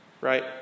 Right